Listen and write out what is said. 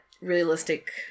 realistic